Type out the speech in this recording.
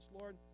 Lord